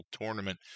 Tournament